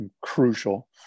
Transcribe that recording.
crucial